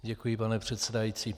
Děkuji, pane předsedající.